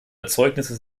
erzeugnisse